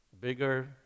bigger